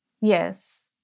Yes